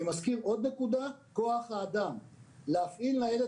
אני מזכיר עוד נקודה: כוח האדם להפעיל ניידת.